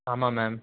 ஆமாம் மேம்